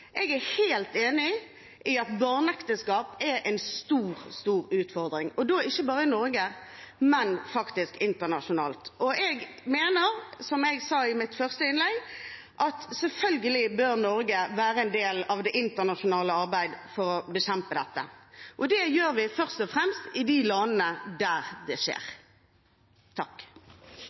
Jeg er helt enig i at barneekteskap er en stor, stor utfordring, og da ikke bare i Norge, men faktisk internasjonalt. Jeg mener, som jeg sa i mitt første innlegg, at Norge selvfølgelig bør være en del av det internasjonale arbeidet for å bekjempe dette, og det gjør vi først og fremst i de landene der det skjer.